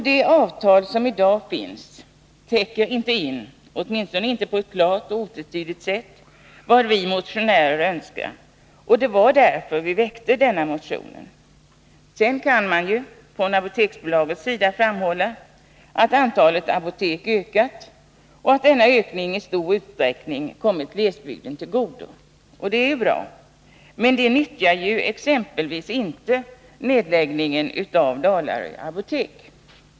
Det avtal som finns i dag täcker inte — åtminstone inte på ett klart och otvetydigt sätt — vad vi motionärer önskar, och det var därför som vi väckte vår motion. Sedan kan man från Apoteksbolagets sida framhålla att antalet apotek har ökat och att denna ökning i stor utsträckning har kommit 157 glesbygden till godo. Det är bra, men det främjas ju inte av nedläggningen av Dalarö apotek.